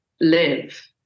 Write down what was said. live